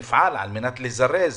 על מנת לזרז.